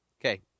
Okay